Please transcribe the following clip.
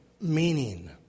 meaning